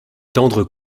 tendres